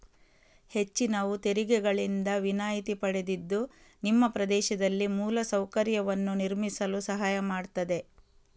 ಹೆಚ್ಚಿನವು ತೆರಿಗೆಗಳಿಂದ ವಿನಾಯಿತಿ ಪಡೆದಿದ್ದು ನಿಮ್ಮ ಪ್ರದೇಶದಲ್ಲಿ ಮೂಲ ಸೌಕರ್ಯವನ್ನು ನಿರ್ಮಿಸಲು ಸಹಾಯ ಮಾಡ್ತದೆ